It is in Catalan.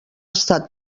estat